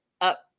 up